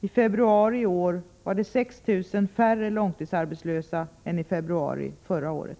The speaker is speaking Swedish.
I februari i år var det 6 000 färre långtidsarbetslösa än i februari förra året.